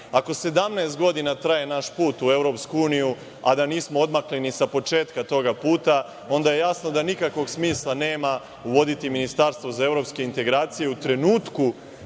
17 godina traje naš put u Evropsku uniju, a da nismo odmakli ni sa početka toga puta, onda je jasno da nikakvog smisla nema uvoditi ministarstvo za evropske integracije u trenutku